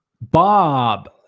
Bob